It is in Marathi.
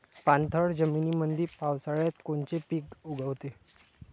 पाणथळ जमीनीमंदी पावसाळ्यात कोनचे पिक उगवते?